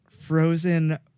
frozen